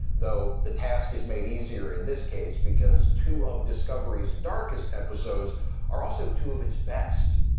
though the task is made easier in this case because two of discovery's darkest episodes are also two of its best.